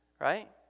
Right